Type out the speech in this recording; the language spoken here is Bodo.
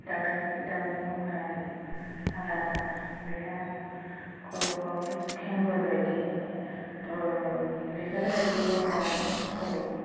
दाउराइ दाउनि महरानो आलादा बेहा खर'आव खेंगुर बायदि बिबार बायदि दङ आरो खर'आव